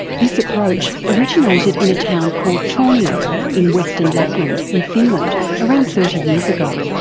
this approach originated in a town called tornio in western lapland in finland around thirty years ago.